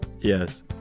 Yes